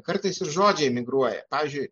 kartais ir žodžiai migruoja pavyzdžiui